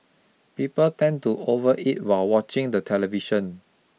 people tend to overeat while watching the television